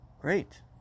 Great